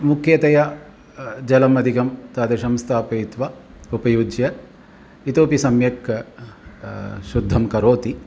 मुख्यतया जलम् अधिकं तादृशं स्थापयित्वा उपयुज्य इतोऽपि सम्यक् शुद्धं करोति